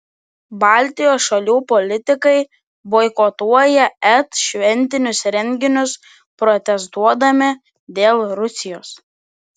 baltijos šalių politikai boikotuoja et šventinius renginius protestuodami dėl rusijos